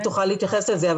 תוכל להתייחס לזה,